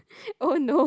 oh no